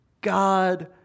God